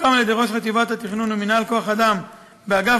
סוכם על-ידי ראש חטיבת התכנון ומינהל כוח-אדם באגף